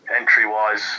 entry-wise